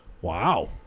Wow